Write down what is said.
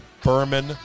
Berman